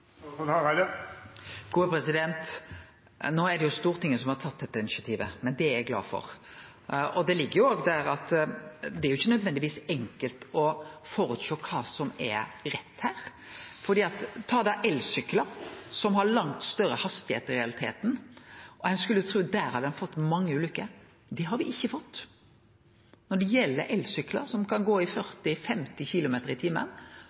Det er Stortinget som har tatt dette initiativet, men det er eg glad for. Det ligg òg der at det ikkje nødvendigvis er enkelt å sjå føre seg kva som er rett, for tar ein elsyklar, som i realiteten har langt større hastigheit, skulle ein tru at ein der hadde fått mange ulykker. Det har me ikkje fått. Når det gjeld elsyklar, som kan gå i 40–50 km/t,